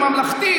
הממלכתית,